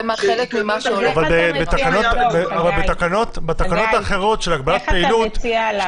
וזה חלק ממה שעולה --- בתקנות האחרות של הגבלת פעילות יש